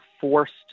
forced